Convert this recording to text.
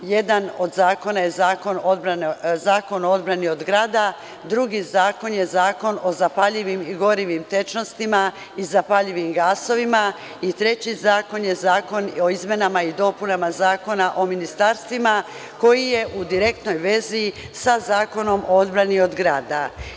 Jedan od zakona je Zakon o odbrani od grada, drugi zakon je Zakon o zapaljivim i gorivim tečnostima i zapaljivim gasovima i treći zakon je zakon o izmenama i dopunama Zakona o ministarstvima, a koji je u direktnoj vezi sa Zakonom o odbrani od grada.